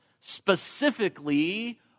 specifically